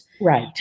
right